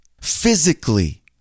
physically